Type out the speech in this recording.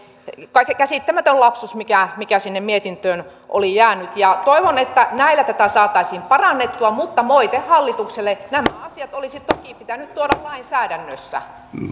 käsittämätön lapsus mikä mikä sinne mietintöön oli jäänyt toivon että näillä tätä saataisiin parannettua mutta moite hallitukselle nämä asiat olisi toki pitänyt tuoda lainsäädännössä